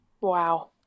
Wow